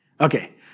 Okay